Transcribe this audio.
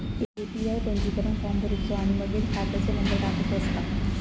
APY पंजीकरण form भरुचो आणि मगे खात्याचो नंबर टाकुचो असता